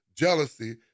Jealousy